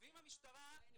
ואם המשטרה,